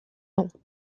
ans